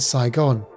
Saigon